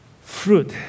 Fruit